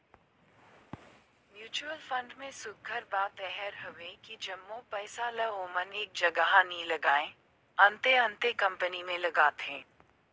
mutual fund में सुग्घर बात एहर हवे कि जम्मो पइसा ल ओमन एक जगहा नी लगाएं, अन्ते अन्ते कंपनी में लगाथें